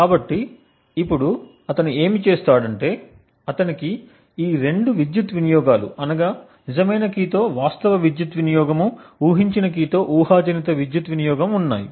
కాబట్టి ఇప్పుడు అతను ఏమి చేస్తాడు అతనికి ఈ రెండు విద్యుత్ వినియోగాలు అనగా నిజమైన కీ తో వాస్తవ విద్యుత్ వినియోగం మరియు ఊహించిన కీ తో ఊహాజనిత విద్యుత్ వినియోగం ఉన్నాయి